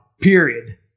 period